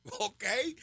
okay